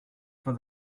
for